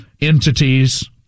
entities